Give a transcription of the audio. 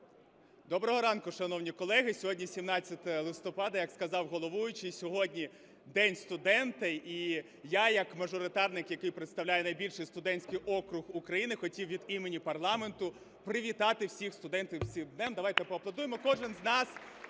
Доброго ранку, шановні колеги! Сьогодні, 17 листопада, як сказав головуючий, День студента, і я як мажоритарник, який представляє найбільший студентський округ України, хотів від імені парламенту привітати всіх студентів з цим днем. Давайте поаплодуємо.